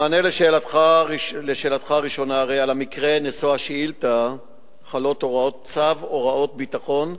1. על המקרה מושא השאילתא חלות הוראות צו בדבר הוראות ביטחון